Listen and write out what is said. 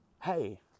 hey